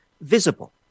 visible